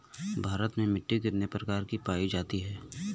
भारत में मिट्टी कितने प्रकार की पाई जाती हैं?